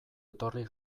etorri